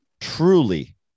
truly